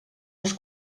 els